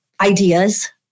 ideas